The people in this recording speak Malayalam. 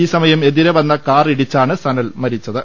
ഈ സമയം എതിരെ വന്ന കാർ ഇടിച്ചാണ് സനൽ മരിച്ചത്